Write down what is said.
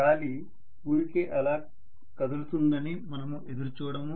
గాలి ఊరికే అలా కదులుతుందని మనము ఎదురు చూడము